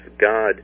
God